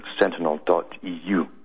Sentinel.eu